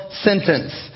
sentence